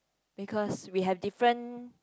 because we have different